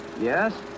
Yes